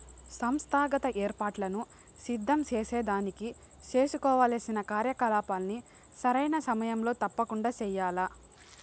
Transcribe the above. సంస్థాగత ఏర్పాట్లను సిద్ధం సేసేదానికి సేసుకోవాల్సిన కార్యకలాపాల్ని సరైన సమయంలో తప్పకండా చెయ్యాల్ల